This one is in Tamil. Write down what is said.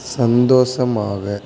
சந்தோஷமாக